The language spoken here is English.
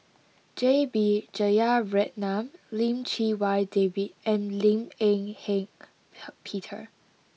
J B Jeyaretnam Lim Chee Wai David and Lim Eng Hock Peter